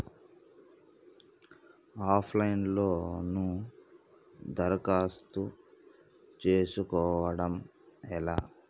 Of line లో లోను దరఖాస్తు చేసుకోవడం ఎలా?